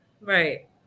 Right